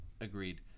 agreed